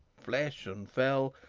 flesh and fell,